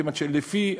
כיוון שלפי,